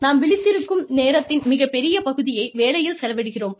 நாம் விழித்திருக்கும் நேரத்தின் மிகப் பெரிய பகுதியை வேலையில் செலவிடுகிறோம்